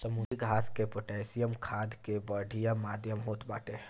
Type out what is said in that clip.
समुद्री घास पोटैशियम खाद कअ बढ़िया माध्यम होत बाटे